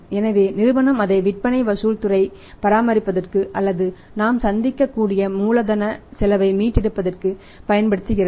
எனவே நிறுவனம் அதை விற்பனை வசூல் துறை பராமரிப்பதற்கு அல்லது நாம் சந்திக்கக் கூடிய மூலதன செலவை மீட்டெடுப்பதற்கு பயன்படுத்துகிறது